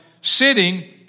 sitting